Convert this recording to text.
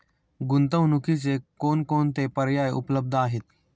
गुंतवणुकीचे कोणकोणते पर्याय उपलब्ध आहेत?